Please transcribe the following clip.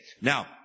now